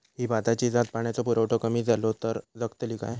ही भाताची जात पाण्याचो पुरवठो कमी जलो तर जगतली काय?